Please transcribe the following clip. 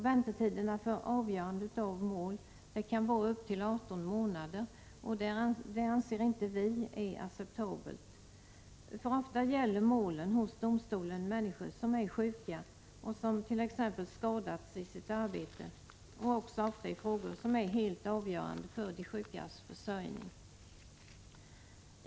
Väntetiderna för avgörande av mål kan vara upp till 18 månader, och det anser inte vi är acceptabelt. Ofta gäller målen hos domstolen människor som är sjuka och som t.ex. skadats i sitt arbete, och målen gäller också ofta frågor som är helt avgörande för de sjukas försörjning.